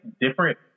different